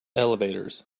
elevators